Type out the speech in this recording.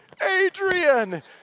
Adrian